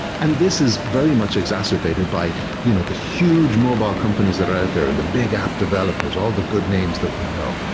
and this is very much exacerbated by you know the mobile companies that are out there, and the big app developers, all the good names that we know.